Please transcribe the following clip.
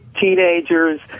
teenagers